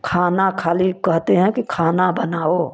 खाना खाली कहते हैं कि खाना बनाओ